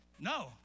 no